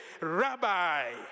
Rabbi